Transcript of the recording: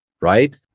right